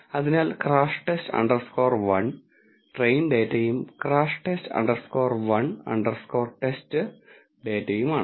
അതിനാൽ crash test underscore 1 train ഡാറ്റയും crash test underscore 1 underscore test ഡാറ്റയുമാണ്